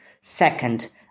Second